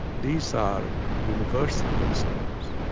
these are universal concerns.